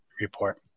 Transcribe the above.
report